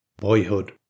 Boyhood